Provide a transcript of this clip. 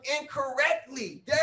incorrectly